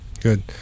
good